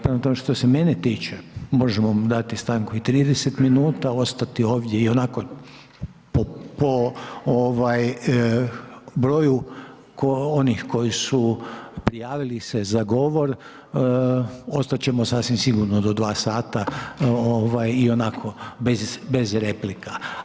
Prema tome, što se mene tiče možemo dati stanku i 30 minuta ostati ovdje i onako po broju onih koji su prijavili su se za govor ostat ćemo sasvim sigurno do dva sata i onako bez replika.